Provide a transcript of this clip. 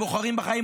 "בוחרים בחיים",